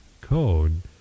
code